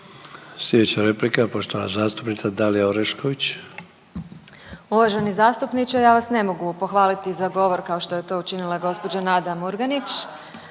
Dalija (Stranka s imenom i prezimenom)** Uvaženi zastupniče ja vas ne mogu pohvaliti za govor kao što je to učinila gospođa Nada Murganić,